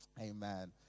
Amen